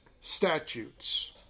statutes